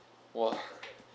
!wah!